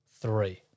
three